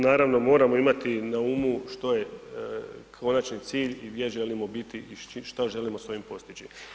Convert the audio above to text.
Naravno moramo imati na umu što je konačni cilj i gdje želimo biti i šta želimo s ovim postići.